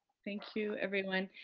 thank you, everyone.